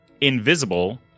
Invisible